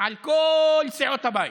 על כל סיעות הבית.